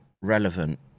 relevant